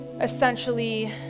essentially